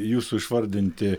jūsų išvardinti